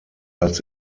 als